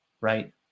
right